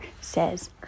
says